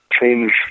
change